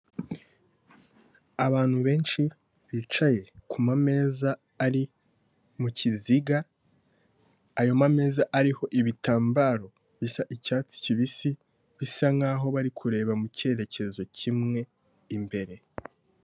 Abantu benshi bicaye ku mameza ari mukiziga, ayo mameza ariho ibitambaro bisa icyatsi kibisi, bisa nkaho bari kureba mu cyerekezo kimwe imbere.